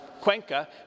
Cuenca